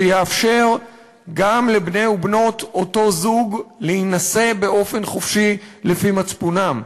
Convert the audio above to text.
שיאפשר גם לבני ובנות אותו המין להינשא באופן חופשי לפי מצפונם,